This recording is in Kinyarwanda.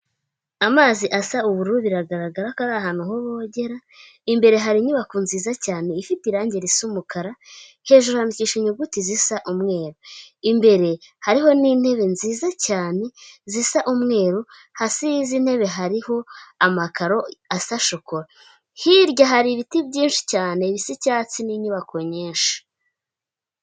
Amazi asa ubururu biragaragara ko ari ahantu ho bogera, imbere hari inyubako nziza cyane ifite irangi risa umukara, hejuru handikishije inyuguti zisa umweru, imbere hariho n'intebe nziza cyane zisa umweru, hasi y'izi ntebe hariho amakaro asa shokora, hirya hari ibiti byinshi cyane bisa icyatsi, n'inyubako nyinshi.